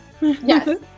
Yes